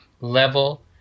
level